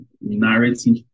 narrative